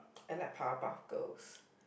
I like Powepuff-Girls